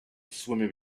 swimming